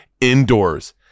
indoors